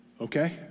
Okay